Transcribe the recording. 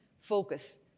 focus